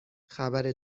خبر